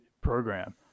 program